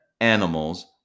animals